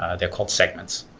ah they're called segments.